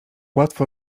łatwo